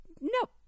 Nope